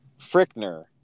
Frickner